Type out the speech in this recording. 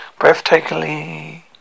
breathtakingly